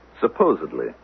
Supposedly